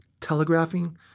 telegraphing